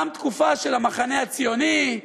תמה התקופה של המחנה הציוני.